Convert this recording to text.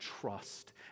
trust